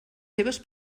seves